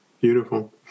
Beautiful